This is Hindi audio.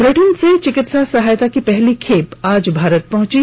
ब्रिटेन से चिकित्सा सहायता की पहली खेप आज भारत पहुंची